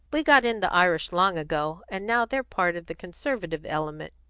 we got in the irish long ago, and now they're part of the conservative element.